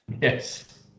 yes